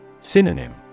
synonym